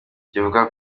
kivuga